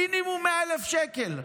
מינימום 100,000 שקל.